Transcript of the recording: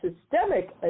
systemic